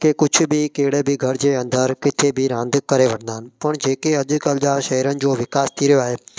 की कुझु बि कहिड़े बि घर जे अंदरि किथे बि रांदि करे वठंदा आहिनि पण जेके अॼु कल्ह जा शहरनि जो विकास थी रहियो आहे